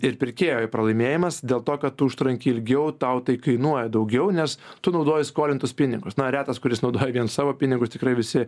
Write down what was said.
ir pirkėjo pralaimėjimas dėl to kad tu užtrunki ilgiau tau tai kainuoja daugiau nes tu naudoji skolintus pinigus na retas kuris naudoja vien savo pinigus tikrai visi